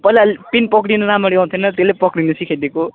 पहिला पेन पक्रिनु राम्ररी आउँथेन त्यसले पक्रिन सिकाइ दिएको हो